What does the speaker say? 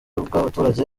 bw’abaturage